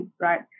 right